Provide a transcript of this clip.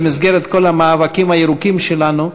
במסגרת כל המאבקים הירוקים שלנו,